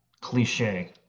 cliche